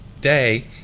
day